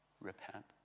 repent